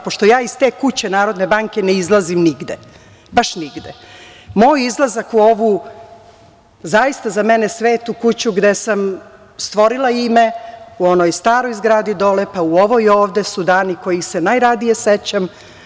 Pošto ja iz te kuće NBS ne izlazim nigde, baš nigde, moj izlazak u ovu, zaista za mene svetu kuću, gde sam stvorila ime u onoj staroj zgradi dole, pa u ovoj ovde, su dani kojih se najradije sećam.